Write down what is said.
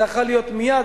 זה יכול היה להיות מייד,